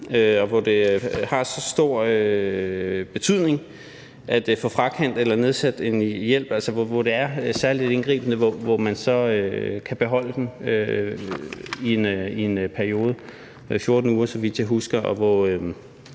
og har så stor betydning at få frakendt eller nedsat en hjælp, altså hvor det er særligt indgribende, at man så kan beholde hjælpen i en periode på 14 uger, så vidt jeg husker. Så er